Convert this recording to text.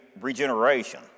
regeneration